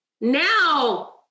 Now